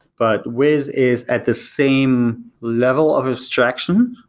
but wiz is at the same level of distraction,